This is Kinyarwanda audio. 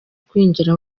kwinjira